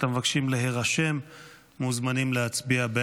התשפ"ד 2024,